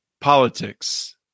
politics